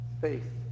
Faith